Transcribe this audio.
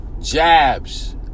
jabs